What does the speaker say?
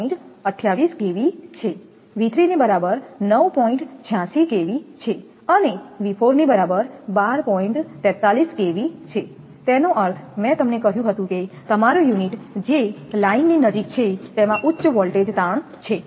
28 𝑘𝑉 છે 𝑉3 ની બરાબર છે અને 𝑉4 ની બરાબર છે તેનો અર્થ મેં તમને કહ્યું હતું કે તમારું યુનિટ જે લાઈનની નજીક છે તેમાં ઉચ્ચ વોલ્ટેજ તાણ છે